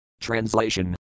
Translation